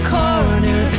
corner